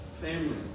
family